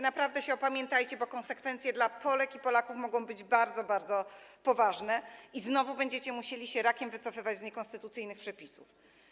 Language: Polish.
Naprawdę się opamiętajcie, bo konsekwencje dla Polek i Polaków mogą być bardzo, bardzo poważne i znowu będziecie musieli się rakiem wycofywać z niekonstytucyjnych przepisów.